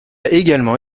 également